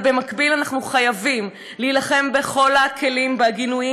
אבל במקביל אנחנו חייבים להילחם בכל הכלים והגינויים